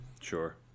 Sure